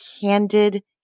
candid